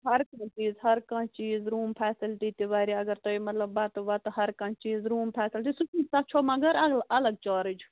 ہر کانٛہہ چیٖز ہر کانٛہہ چیٖز روٗم فیسلٹی تہِ واریاہ اگر تۄہہِ مطلب بتہٕ وتہٕ ہر کانٛہہ چیٖز روٗم فیسلٹی سُہ تہِ تتھ چھُو مگر الگ چارٕج